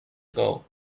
ago